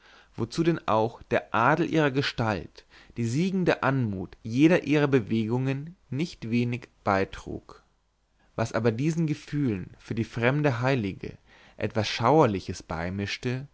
wozu denn auch der adel ihrer gestalt die siegende anmut jeder ihrer bewegungen nicht wenig beitrug was aber diesen gefühlen für die fremde heilige etwas schauerliches beimischte